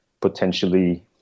potentially